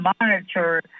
monitor